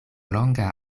longa